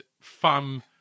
fun